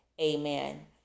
amen